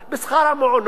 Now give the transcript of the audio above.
בשכר המעונות.